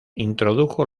introdujo